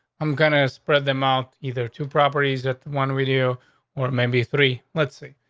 i'm gonna spread them out either to properties that one video or maybe three. let's see.